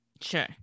Sure